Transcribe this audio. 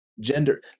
gender